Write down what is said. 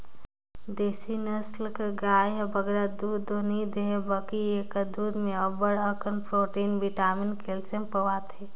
देसी नसल कर गाय हर बगरा दूद दो नी देहे बकि एकर दूद में अब्बड़ अकन प्रोटिन, बिटामिन, केल्सियम पवाथे